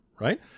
right